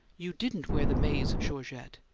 you didn't wear the maize georgette!